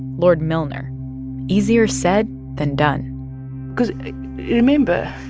lord milner easier said than done cause remember,